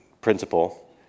principle